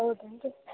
ಹೌದನು ರೀ